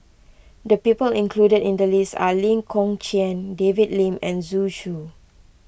the people included in the list are Lee Kong Chian David Lim and Zhu Xu